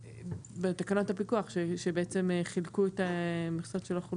בתקנות הפיקוח, שחילקו את המכסות שלא חולקו.